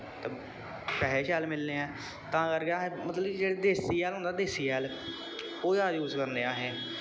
ते पैहे शैल मिलने ऐं तां करके अस मतलब कि जेह्ड़ा देसी हैल होंदा देसी हैल ओह्दा यूज करने असें